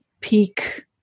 peak